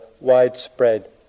widespread